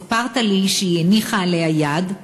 סיפרת לי שהיא הניחה עליה יד,